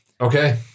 okay